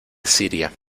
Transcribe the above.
siria